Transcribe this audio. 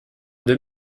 deux